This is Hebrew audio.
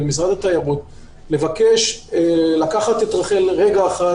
למשרד התיירות לבקש לקחת את רח"ל רגע אחד